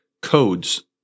codes